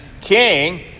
king